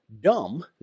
dumb